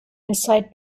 inside